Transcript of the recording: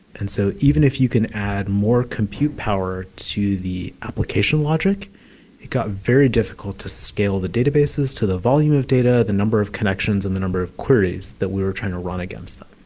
and so even if you can add more compute power to the application logic, it got very difficult to scale the databases to the volume of data, the number of connections and the number of queries that we were trying to run against them.